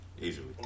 Easily